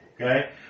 okay